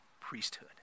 priesthood